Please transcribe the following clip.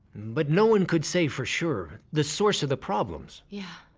but no one could say for sure the source of the problems. yeah.